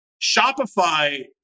Shopify